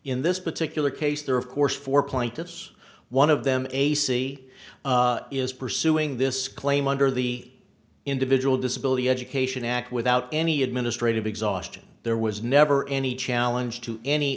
in this particular case there are of course four plaintiffs one of them a c is pursuing this claim under the individual disability education act without any administrative exhaustion there was never any challenge to any